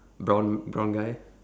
brown brown guy